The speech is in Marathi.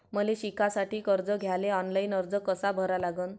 मले शिकासाठी कर्ज घ्याले ऑनलाईन अर्ज कसा भरा लागन?